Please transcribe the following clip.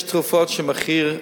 יש תרופות שהמחיר,